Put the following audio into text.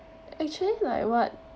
actually like what